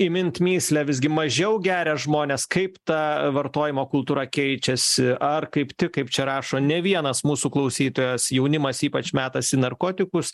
įminti mįslę visgi mažiau geria žmonės kaip ta vartojimo kultūra keičiasi ar kaip tik kaip čia rašo ne vienas mūsų klausytojas jaunimas ypač metasi narkotikus